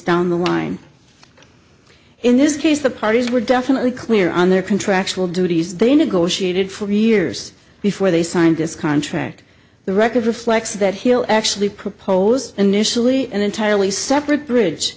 down the line in this case the parties were definitely clear on their contractual duties they negotiated for years before they signed this contract the record reflects that he'll actually propose initially an entirely separate bridge